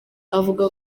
avuga